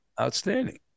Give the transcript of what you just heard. Outstanding